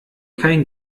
kein